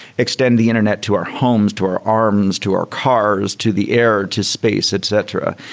extend the internet to our homes, to our arms, to our cars, to the air, to space, etc.